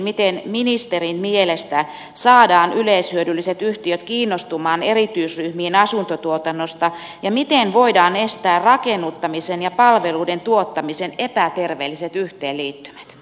miten ministerin mielestä saadaan yleishyödylliset yhtiöt kiinnostumaan erityisryhmien asuntotuotannosta ja miten voidaan estää rakennuttamisen ja palveluiden tuottamisen epäterveelliset yhteenliittymät